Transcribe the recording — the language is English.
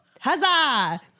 Huzzah